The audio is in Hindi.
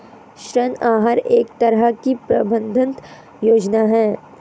ऋण आहार एक तरह की प्रबन्धन योजना है